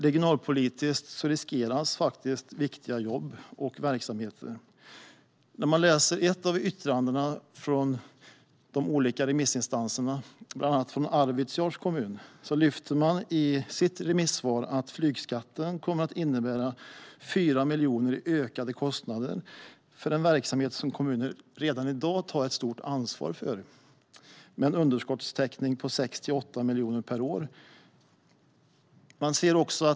Regionalpolitiskt riskeras viktiga jobb och verksamheter. I ett av yttrandena från de olika remissinstanserna lyfter man från Arvidsjaurs kommun fram att flygskatten kommer att innebära 4 miljoner i ökade kostnader för en verksamhet som kommunen redan i dag tar ett stort ansvar för med en underskottstäckning på 6-8 miljoner per år.